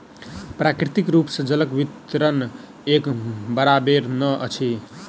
प्राकृतिक रूप सॅ जलक वितरण एक बराबैर नै अछि